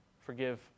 forgive